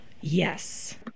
Yes